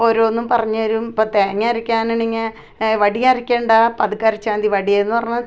ഓരോന്നും പറഞ്ഞ് തരും ഇപ്പം തേങ്ങ അരയ്ക്കാനാണെങ്കിൽ വടിയെ അരയ്ക്കണ്ട പതുക്കെ അരച്ചാൽ മതി വടിയേന്ന് പറഞ്ഞാൽ